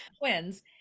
twins